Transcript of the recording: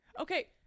okay